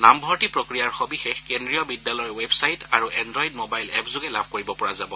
নামভৰ্তি প্ৰক্ৰিয়াৰ সৱিশেষ কেন্দ্ৰীয় বিদ্যালয়ৰ ৱেবচাইট আৰু এনড্ৰইড মোবাইল এপযোগে লাভ কৰিব পৰা যাব